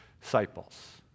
disciples